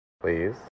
please